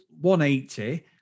180